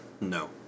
no